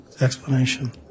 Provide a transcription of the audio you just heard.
explanation